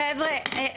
חבר'ה,